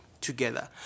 together